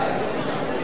אין בעיה, מסירים.